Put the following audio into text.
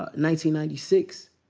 ah ninety ninety six.